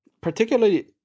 particularly